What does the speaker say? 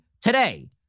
today